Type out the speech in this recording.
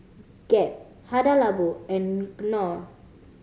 Gap Hada Labo and Knorr